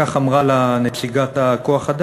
כך אמרה לה נציגת כוח-אדם,